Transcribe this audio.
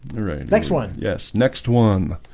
right next one. yes, next one